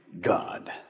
God